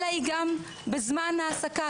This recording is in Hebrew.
אלא גם בזמן ההעסקה,